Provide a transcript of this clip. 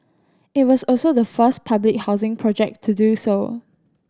it was also the first public housing project to do so